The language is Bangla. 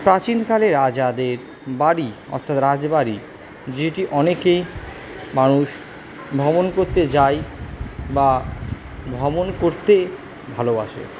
প্রাচীনকালে রাজাদের বাড়ি অর্থাৎ রাজবাড়ি যেটি অনেকে মানুষ ভ্রমণ করতে যায় বা ভ্রমণ করতে ভালোবাসে